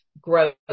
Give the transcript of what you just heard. growth